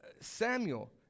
Samuel